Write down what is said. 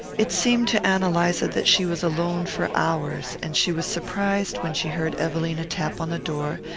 it seemed to ann eliza that she was alone for hours, and she was surprised, when she heard evelina tap on the door,